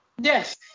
Yes